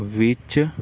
ਵਿੱਚ